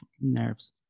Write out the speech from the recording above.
nerves